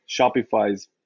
Shopify's